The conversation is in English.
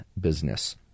business